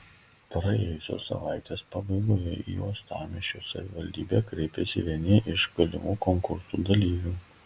praėjusios savaitės pabaigoje į uostamiesčio savivaldybę kreipėsi vieni iš galimų konkursų dalyvių